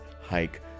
hike